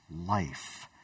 life